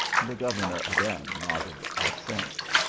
the governor again nodded assent.